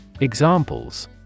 Examples